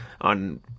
on